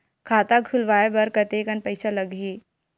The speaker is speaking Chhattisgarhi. खाता खुलवाय बर कतेकन पईसा लगही?